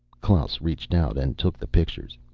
klaus reached out and took the pictures.